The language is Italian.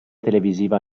televisiva